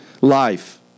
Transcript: life